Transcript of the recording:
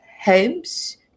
homes